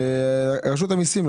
ורשות המיסים,